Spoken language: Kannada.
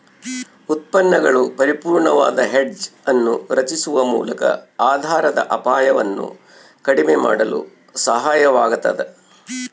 ಉತ್ಪನ್ನಗಳು ಪರಿಪೂರ್ಣವಾದ ಹೆಡ್ಜ್ ಅನ್ನು ರಚಿಸುವ ಮೂಲಕ ಆಧಾರದ ಅಪಾಯವನ್ನು ಕಡಿಮೆ ಮಾಡಲು ಸಹಾಯವಾಗತದ